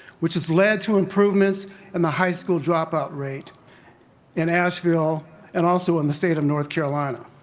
which has led to improvements in the high school dropout rate in asheville and also in the state of north carolina.